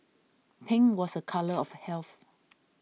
pink was a colour of health